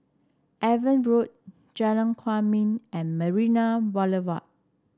Evan Road Jalan Kwok Min and Marina Boulevard